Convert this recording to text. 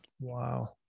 Wow